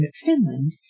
Finland